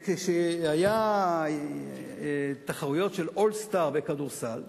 כשהיו תחרויות של "אולסטאר" בכדורסל,